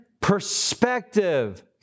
perspective